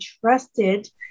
trusted